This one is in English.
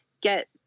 get